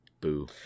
boo